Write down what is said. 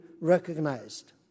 recognized